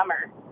summer